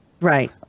Right